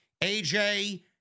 AJ